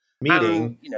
meeting